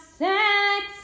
sex